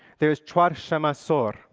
there is chwarshama sur,